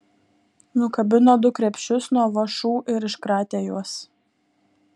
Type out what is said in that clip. nukabino du krepšius nuo vąšų ir iškratė juos